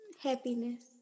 happiness